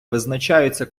визначаються